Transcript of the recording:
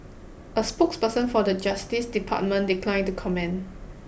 a spokesperson for the Justice Department declined to comment